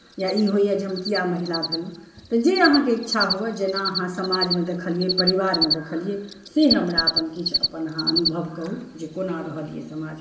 या ई होइया जे हम किए महिला भेलहुँ तऽ जे अहाँके इच्छा हुए जेना अहाँ समाज मे देखलियै परिवारमे देखलियै से हमरा किछु अहाँ अपन अनुभव किछु कहु जे कोना रहलियै समाजमे